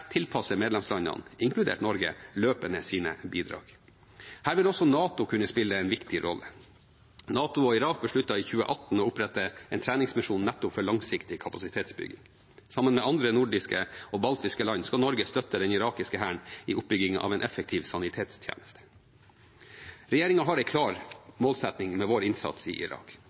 tilpasser medlemslandene, inkludert Norge, løpende sine bidrag. Her vil også NATO kunne spille en viktig rolle. NATO og Irak besluttet i 2018 å opprette en treningsmisjon nettopp for langsiktig kapasitetsbygging. Sammen med andre nordiske og baltiske land skal Norge støtte den irakiske hæren i oppbygging av en effektiv sanitetstjeneste. Regjeringen har en klar målsetting med vår innsats i Irak.